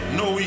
no